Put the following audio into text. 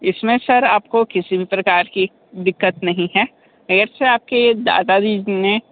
इसमें सर आपको किसी भी प्रकार की दिक्कत नहीं है ऐसे आपके दादाजी ने